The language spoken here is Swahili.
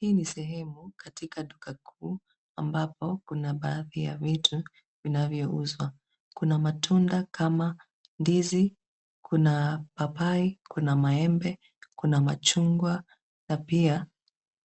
Hii ni sehemu katika duka kuu ambapo kuna baadhi ya vitu vinavyouzwa kuna matunda kama: ndizi, kuna papai, kuna maembe, kuna machungwa, na pia